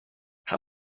how